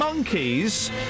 monkeys